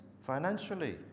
financially